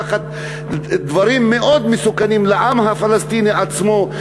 תחת דברים מאוד מסוכנים לעם הפלסטיני עצמו,